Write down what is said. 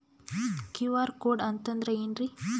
QR code ಅಂತಂದ್ರ ಏನ್ರೀ?